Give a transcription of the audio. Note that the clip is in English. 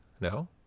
No